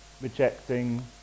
rejecting